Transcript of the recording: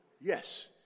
Yes